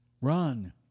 Run